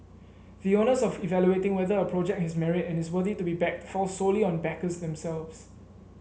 the onus of evaluating whether a project has merit and is worthy to be backed falls solely on backers themselves